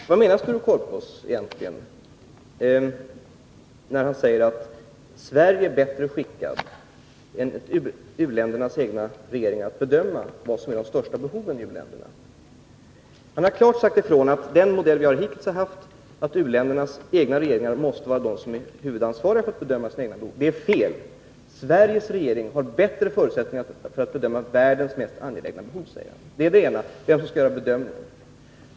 Herr talman! Vad menar Sture Korpås egentligen när han säger att Sverige är bättre skickat än u-ländernas egna regeringar att bedöma vad som är de största behoven i u-länderna? Han har klart sagt ifrån att den modell vi hittills har haft — att u-ländernas egna regeringar måste vara huvudansvariga för att bedöma sina egna behov — är fel. Sveriges regering har bättre förutsättningar för att bedöma världens mest angelägna behov, säger han.